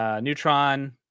Neutron